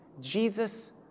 Jesus